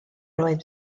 oedd